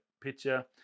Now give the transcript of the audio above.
picture